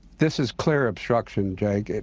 this is clear obstruction jake,